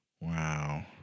Wow